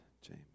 James